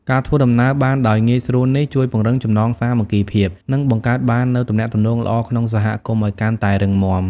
ការធ្វើដំណើរបានដោយងាយស្រួលនេះ ជួយពង្រឹងចំណងសាមគ្គីភាព និងបង្កើតបាននូវទំនាក់ទំនងល្អក្នុងសហគមន៍ឲ្យកាន់តែរឹងមាំ។